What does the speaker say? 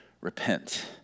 Repent